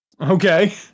Okay